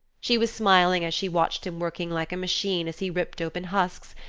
she was smiling as she watched him working like a machine as he ripped open husks,